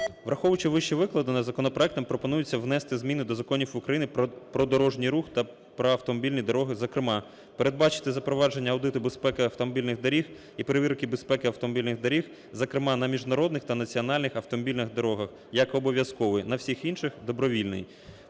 Враховуючи вище викладене законопроектом пропонується внести зміни до законів України "Про дорожній рух" та "Про автомобільні дороги" зокрема. Передбачити запровадження аудиту безпеки автомобільних доріг і перевірки безпеки автомобільних доріг, зокрема, на міжнародних та національних автомобільних дорогах, як обов'язковий. На всіх інших – добровільний.